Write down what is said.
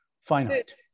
finite